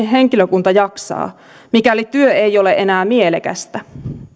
henkilökunta jaksaa mikäli työ ei ole enää mielekästä